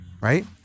right